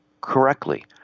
correctly